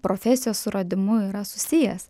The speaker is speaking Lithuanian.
profesijos suradimu yra susijęs